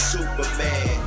Superman